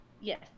Yes